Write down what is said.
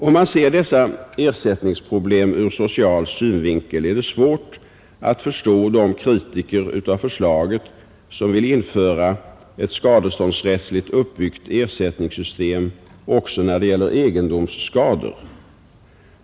Om man ser dessa ersättningsproblem ur social synvinkel är det svårt att förstå de kritiker av förslaget som vill införa ett skadeståndsrättsligt uppbyggt ersättningssystem också när det gäller egendomsskador.